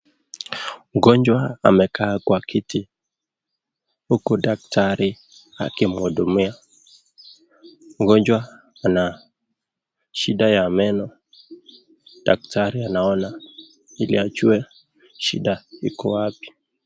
Mgonjwa amekaa kwa kiti huku daktari akimhudumia. Mgonjwa ana shida ya meno. Daktari anaona ili ajue shida iko wapi.